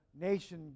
nation